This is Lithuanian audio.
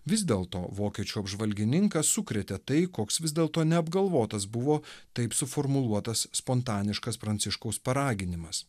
vis dėlto vokiečių apžvalgininką sukrėtė tai koks vis dėlto neapgalvotas buvo taip suformuluotas spontaniškas pranciškaus paraginimas